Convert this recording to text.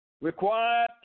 Required